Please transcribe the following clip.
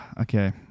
Okay